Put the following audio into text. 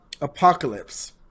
Apocalypse